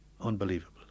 unbelievable